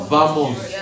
Vamos